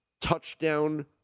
touchdown